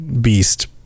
beast